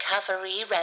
Recovery